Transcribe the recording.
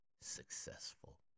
successful